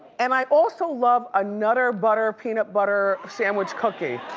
and i also love a nutter butter peanut butter sandwich cookie.